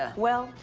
ah well,